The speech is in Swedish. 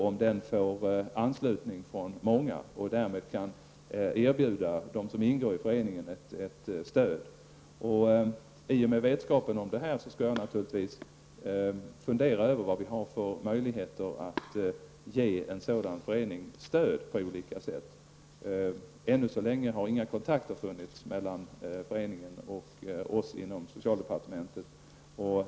Om många ansluter sig till den och den kan erbjuda dem som ingår i föreningen ett stöd, skall jag naturligtvis fundera över vad vi har för möjligheter att ge en sådan förening stöd på olika sätt. Ännu så länge har inga kontakter tagits mellan föreningen och oss inom socialdepartementet.